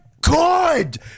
good